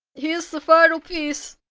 here's the final piece.